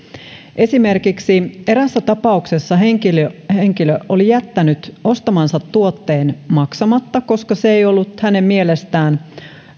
esimerkiksi eräässä tapauksessa henkilö henkilö oli jättänyt ostamansa tuotteen maksamatta koska se ei ollut hänen mielestään